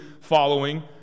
following